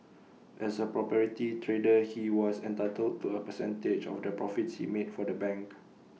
as A propriety trader he was entitled to A percentage of the profits he made for the bank